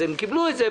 אז הם קיבלו את זה,